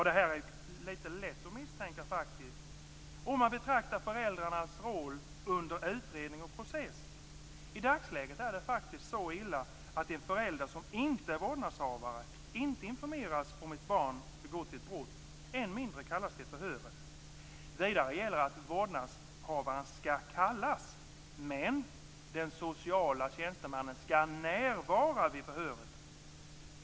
Det är faktiskt lätt att misstänka det om man betraktar föräldrarnas roll under utredning och process. I dagsläget är det faktiskt så illa att de föräldrar som inte är vårdnadshavare inte informeras om ett barn begått ett brott, än mindre kallas till förhöret. Vidare gäller att vårdnadshavaren skall kallas. Men den sociala tjänstemannen skall närvara vid förhöret.